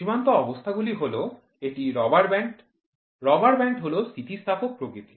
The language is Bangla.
সীমান্ত অবস্থা গুলি হল এটি রাবার ব্যান্ড রাবার ব্যান্ড হল স্থিতিস্থাপক প্রকৃতির